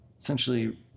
essentially